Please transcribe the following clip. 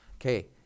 Okay